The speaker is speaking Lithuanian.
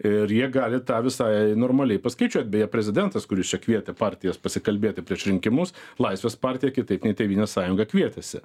ir jie gali tą visai normaliai paskaičiuot beje prezidentas kuris čia kvietė partijas pasikalbėti prieš rinkimus laisvės partiją kitaip nei tėvynės sąjungą kvietėsi